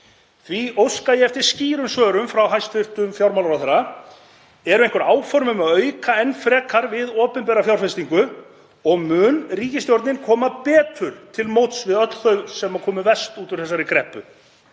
Því óska ég eftir skýrum svörum frá hæstv. fjármálaráðherra: Eru einhver áform um að auka enn frekar við opinbera fjárfestingu? Mun ríkisstjórnin koma betur til móts við öll þau sem komu verst út úr þessari kreppu,